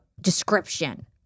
description